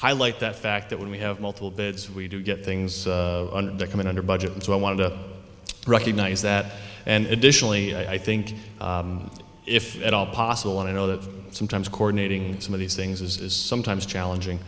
highlight that fact that when we have multiple beds we do get things that come in under budget and so i want to recognize that and additionally i think if at all possible want to know that sometimes coronating some of these things is sometimes challenging